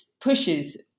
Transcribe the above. pushes